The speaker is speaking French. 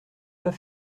pas